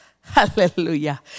Hallelujah